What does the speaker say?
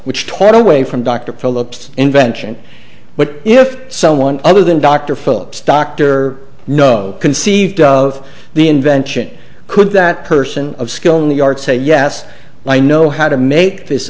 which taught away from dr philips invention but if someone other than dr philip stocked or no conceived of the invention could that person of skill in the art say yes i know how to make this